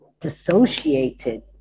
dissociated